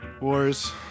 Wars